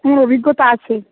আমার অভিজ্ঞতা আছে